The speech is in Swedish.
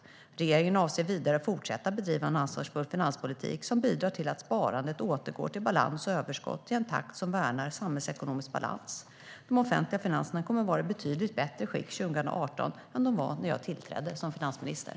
Regeringen avser vidare att fortsätta bedriva en ansvarsfull finanspolitik som bidrar till att sparandet återgår till balans och överskott i en takt som värnar samhällsekonomisk balans. De offentliga finanserna kommer att vara i betydligt bättre skick 2018 än vad de var när jag tillträdde som finansminister.